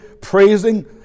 praising